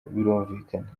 birumvikana